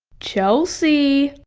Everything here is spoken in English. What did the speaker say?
chelsea.